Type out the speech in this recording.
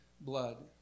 blood